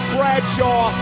Bradshaw